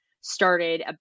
started